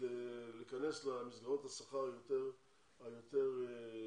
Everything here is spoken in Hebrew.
להיכנס למסגרות השכר היותר טובות,